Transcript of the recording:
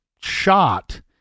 shot